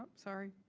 sorry.